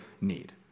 need